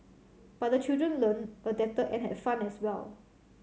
but the children learnt adapted and had fun as well